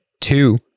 two